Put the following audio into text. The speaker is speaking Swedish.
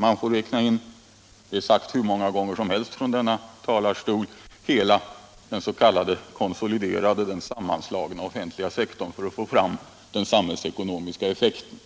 Man får räkna in — det är sagt hur många gånger som helst från denna talarstol — hela den s.k. konsoliderade, sammanslagna offentliga sektorn för att få fram den samhällsekonomiska effekten.